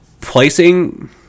placing